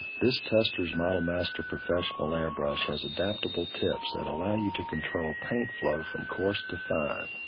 this testor's model master professional airbrush has adaptable tips that allow you to control paint-flow from coarse to fine.